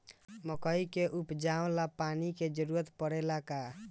मकई के उपजाव ला पानी के जरूरत परेला का?